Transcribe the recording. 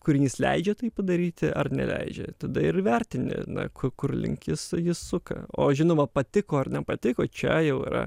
kūrinys leidžia tai padaryti ar neleidžia tada ir įvertini na kur link jis jis suka o žinoma patiko ar nepatiko čia jau yra